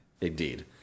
Indeed